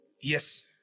Yes